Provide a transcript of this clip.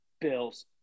Bills